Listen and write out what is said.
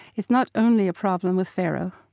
it's not only a problem with pharaoh,